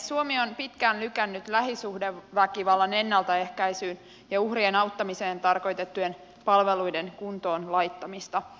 suomi on pitkään lykännyt lähisuhdeväkivallan ennaltaehkäisyyn ja uhrien auttamiseen tarkoitettujen palveluiden kuntoon laittamista